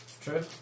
True